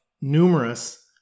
numerous